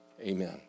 amen